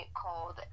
called